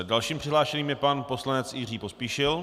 Dalším přihlášeným je pan poslanec Jiří Pospíšil.